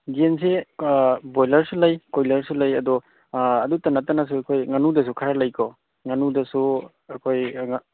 ꯌꯦꯟꯁꯤ ꯕꯣꯏꯂꯔꯁꯨ ꯂꯩ ꯀꯣꯏꯂꯔꯁꯨ ꯂꯩ ꯑꯗꯣ ꯑꯗꯨꯇ ꯅꯠꯇꯅꯁꯨ ꯑꯩꯈꯣꯏ ꯉꯥꯅꯨꯗꯁꯨ ꯈꯔ ꯂꯩꯀꯣ ꯉꯥꯅꯨꯗꯁꯨ ꯑꯩꯈꯣꯏ